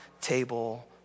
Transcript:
table